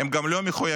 הם גם לא מחויבים.